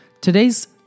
Today's